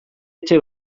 etxe